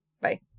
Bye